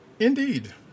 Indeed